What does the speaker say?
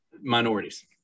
minorities